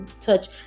touch